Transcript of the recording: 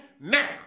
now